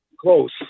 close